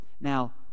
Now